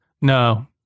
No